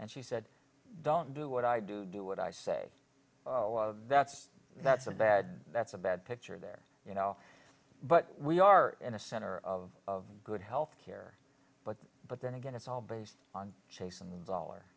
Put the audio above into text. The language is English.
and she said don't do what i do do what i say that's that's a bad that's a bad picture there you know but we are in a center of of good health care but but then again it's all based on chasing the dollar